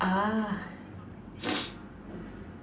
ah